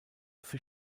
für